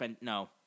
no